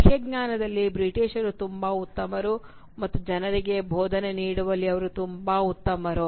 ಬಾಹ್ಯ ಜ್ಞಾನದಲ್ಲಿ ಬ್ರಿಟಿಷರು ತುಂಬಾ ಉತ್ತಮರು ಮತ್ತು ಜನರಿಗೆ ಬೋಧನೆ ನೀಡುವಲ್ಲಿ ಅವರು ತುಂಬಾ ಉತ್ತಮರು